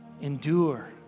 Endure